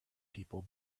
people